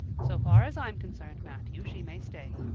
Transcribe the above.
so far as i'm concerned, matthew, she may stay.